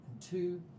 two